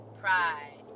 pride